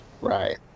Right